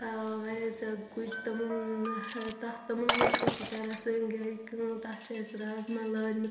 ٲں واریاہ زیادٕ کُجہٕ تِمن تتھ تِمن منٛز تہِ چھِ کران سٲنۍ گھرِکۍ کٲم تتھ چھِ اسہِ رازٕمہ لٲجمَژ